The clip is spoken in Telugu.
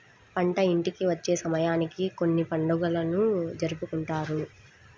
పంట ఇంటికి వచ్చే సమయానికి కొన్ని పండుగలను జరుపుకుంటారు